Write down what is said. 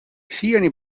siiani